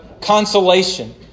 consolation